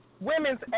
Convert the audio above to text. Women's